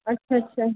আছা আচ্ছা